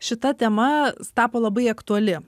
šita tema tapo labai aktuali